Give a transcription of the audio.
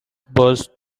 burst